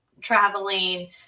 traveling